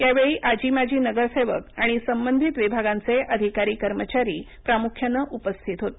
यावेळी आजी माजी नगरसेवक आणि संबंधित विभागांचे अधिकारी कर्मचारी प्रामुख्याने उपस्थित होते